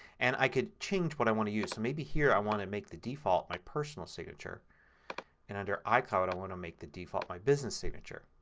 and i can change what i want to use. so maybe here i want to make the default my personal signature and under icloud i want to make the default my business signature.